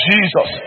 Jesus